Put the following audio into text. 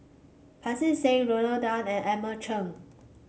Pancy Seng Rodney Tan and Edmund Chen